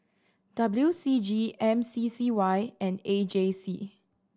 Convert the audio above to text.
W C G M C C Y and A J C